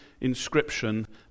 inscription